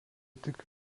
tik